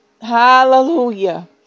Hallelujah